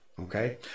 Okay